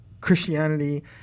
christianity